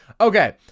okay